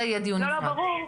ברור,